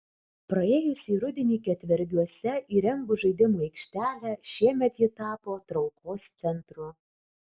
praėjusį rudenį ketvergiuose įrengus žaidimų aikštelę šiemet ji tapo traukos centru